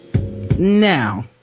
Now